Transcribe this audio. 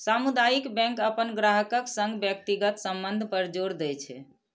सामुदायिक बैंक अपन ग्राहकक संग व्यक्तिगत संबंध पर जोर दै छै